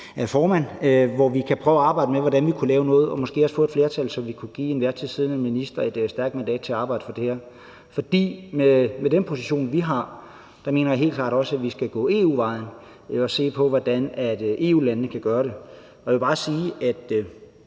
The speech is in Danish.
er formand, og hvor vi kan prøve at arbejde med, hvordan vi kunne lave noget, og måske også få et flertal, så vi kunne give den til enhver tid siddende minister et stærkt mandat til at arbejde for det her. For med den position, vi har, mener jeg helt klart også, at vi skal gå EU-vejen og se på, hvordan EU-landene kan gøre det. Og jeg vil bare sige, at